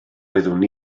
oeddwn